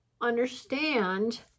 understand